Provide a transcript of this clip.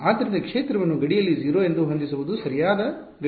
ಆದ್ದರಿಂದ ಕ್ಷೇತ್ರವನ್ನು ಗಡಿಯಲ್ಲಿ 0 ಎಂದು ಹೊಂದಿಸುವುದು ಸರಿಯಾದ ಗಡಿ ಸ್ಥಿತಿಯಲ್ಲ